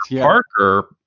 Parker